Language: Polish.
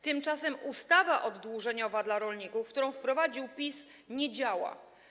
Tymczasem ustawa oddłużeniowa dla rolników, którą wprowadził PiS, nie działa.